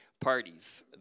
parties